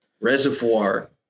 reservoir